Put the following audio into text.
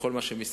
בכל מה שמסביב.